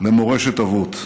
ממורשת אבות.